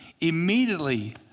Immediately